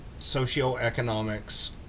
socioeconomics